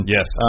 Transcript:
Yes